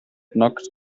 knocked